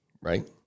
right